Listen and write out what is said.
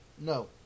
No